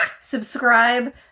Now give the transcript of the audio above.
subscribe